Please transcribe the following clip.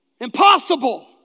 Impossible